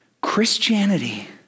Christianity